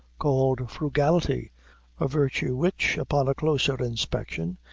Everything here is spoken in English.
called frugality a virtue which, upon a closer inspection,